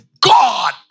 God